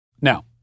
Now